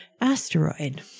asteroid